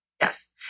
Yes